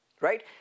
right